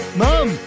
mom